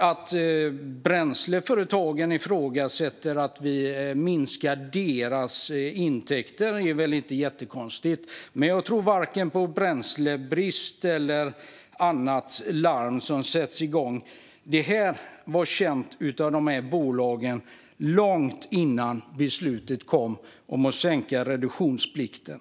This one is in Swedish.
Att bränsleföretagen ifrågasätter att vi minskar deras intäkter är väl inte jättekonstigt. Men jag tror inte på vare sig bränslebrist eller annat som det larmas om. Det här var känt av dessa bolag långt innan beslut kom om att sänka reduktionsplikten.